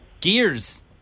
Gears